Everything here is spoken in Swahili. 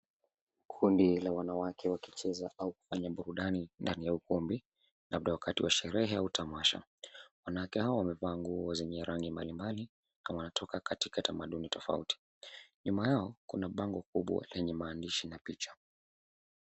Kundi la wanawake wakicheza au kufanya burudani ndani ya ukumbi labda wakati wa sherehe au tamasha. Wanawake hao wamevaa nguo zenye rangi mbalimbali kama wanatoka katika tamaduni tofauti. Nyuma yao kuna bango kubwa lenye maandishi na picha.